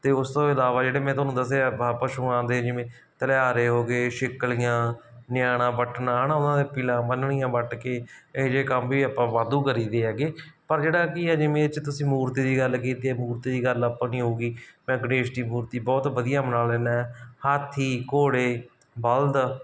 ਅਤੇ ਉਸ ਤੋਂ ਇਲਾਵਾ ਜਿਹੜੇ ਮੈਂ ਤੁਹਾਨੂੰ ਦੱਸਿਆ ਪਸ਼ੂਆਂ ਦੇ ਜਿਵੇਂ ਧਲਿਆਰੇ ਹੋ ਗਏ ਸ਼ਿੱਕਲੀਆਂ ਨਿਆਣਾ ਵੱਟਣਾ ਹੈਨਾ ਉਹਨਾਂ ਦੇ ਪੀਲਾ ਬੰਨਣੀਆਂ ਵੱਟ ਕੇ ਇਹੋ ਜਿਹੇ ਕੰਮ ਵੀ ਆਪਾਂ ਵਾਧੂ ਕਰੀਦੇ ਹੈਗੇ ਪਰ ਜਿਹੜਾ ਕਿ ਇਹ ਜਿਵੇਂ ਇਹ 'ਚ ਤੁਸੀਂ ਮੂਰਤੀ ਦੀ ਗੱਲ ਕੀਤੀ ਹੈ ਮੂਰਤੀ ਦੀ ਗੱਲ ਆਪਾਂ ਨਹੀਂ ਹੋਵੇਗੀ ਮੈਂ ਗਣੇਸ਼ ਦੀ ਮੂਰਤੀ ਬਹੁਤ ਵਧੀਆ ਬਣਾ ਲੈਂਦਾ ਹਾਥੀ ਘੋੜੇ ਬਲਦ